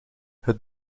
het